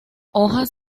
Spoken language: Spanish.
hojas